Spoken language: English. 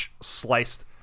sliced